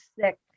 sick